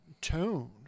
tone